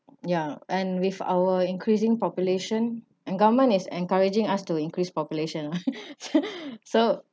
ya and with our increasing population and government is encouraging us to increase population so